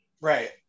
right